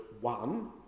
one